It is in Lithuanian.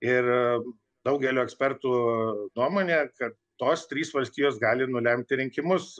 ir daugelio ekspertų nuomone kad tos trys valstijos gali nulemti rinkimus